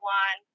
one